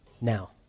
now